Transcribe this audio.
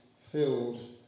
filled